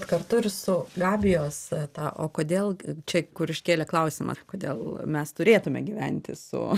kartu ir su gabijos ta o kodėl čia kur iškėlė klausimą kodėl mes turėtume gyventi su